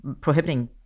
Prohibiting